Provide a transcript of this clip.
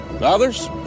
Others